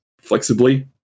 flexibly